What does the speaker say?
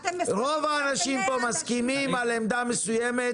רוב האנשים פה מסכימים על עמדה מסוימת,